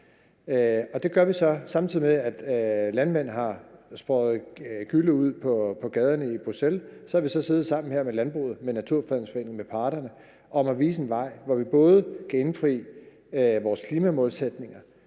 Det gør vi så, samtidig med at landmænd har sprøjtet gylle ud på gaderne Bruxelles. Der har vi så siddet sammen med landbruget og med Naturfredningsforeningen og med parterne om at vise en vej, hvor vi både kan indfri vores klimamålsætninger